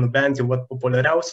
bent jau vat populiariaus